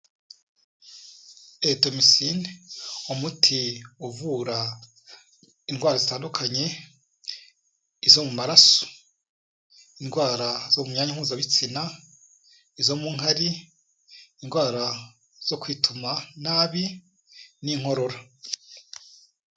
Erythrocin, umuti uvura indwara zitandukanye, izo mu maraso, indwara zo mu myanya mpuzabitsina, izo mu nkari, indwara zo kwituma nabi n'inkorora.